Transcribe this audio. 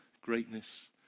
greatness